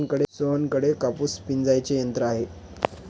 सोहनकडे कापूस पिंजायचे यंत्र आहे